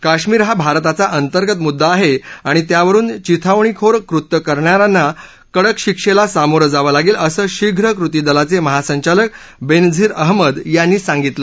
काश्मीर हा भारताचा अंतर्गत मुद्दा आहे आणि त्यावरून विथावणीखोर कृत्य करणा यांना कडक शिक्षेला सामोरं जावं लागेल असं शीघ्रकृती दलाचे महासंचालक बेनझीर अहमद यांनी सांगितलं